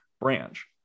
branch